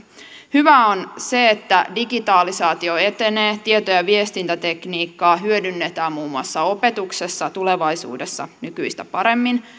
hyvää on se että digitalisaatio etenee tieto ja viestintätekniikkaa hyödynnetään muun muassa opetuksessa tulevaisuudessa nykyistä paremmin